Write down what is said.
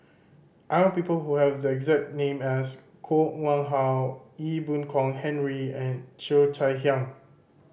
I know people who have the exact name as Koh Nguang How Ee Boon Kong Henry and Cheo Chai Hiang